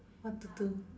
what to do